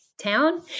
town